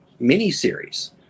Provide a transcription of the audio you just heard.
miniseries